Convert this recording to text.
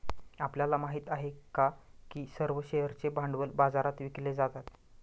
आपल्याला माहित आहे का की सर्व शेअर्सचे भांडवल बाजारात विकले जातात?